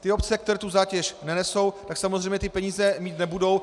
Ty obce, které tu zátěž nenesou, tak samozřejmě ty peníze mít nebudou.